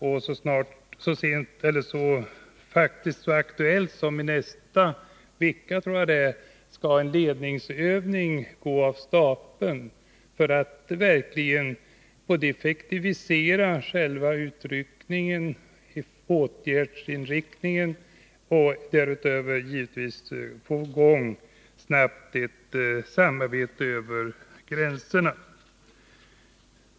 Mycket snart — jag tror det har träffats överenskommelse om det denna vecka — skall en ledningsövning mellan strandstaterna runt Nordsjön äga rum för att effektivisera utryckningen och åtgärdsinriktningen. Därutöver är syftet med övningen givetvis att snabbt få i gång ett samarbete över gränserna.